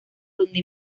donde